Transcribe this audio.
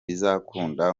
bizakunda